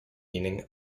meaning